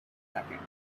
seconds